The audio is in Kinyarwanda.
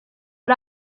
ari